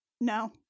No